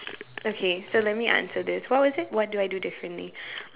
okay so let me answer this what was it what do I do differently ah